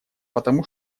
потому